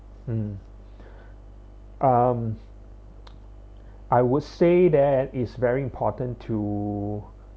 hmm um I would say that is very important to